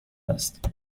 است